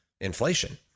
inflation